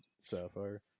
sapphire